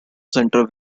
center